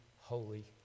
holy